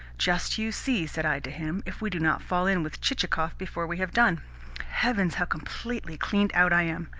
just you see said i to him, if we do not fall in with chichikov before we have done heavens, how completely cleaned out i am!